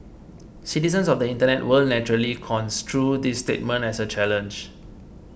citizens of the Internet will naturally construe this statement as a challenge